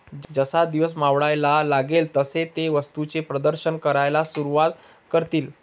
जसा दिवस मावळायला लागेल तसे ते वस्तूंचे प्रदर्शन करायला सुरुवात करतील